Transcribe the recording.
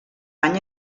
any